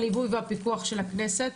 הליווי והפיקוח של הכנסת.